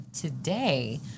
today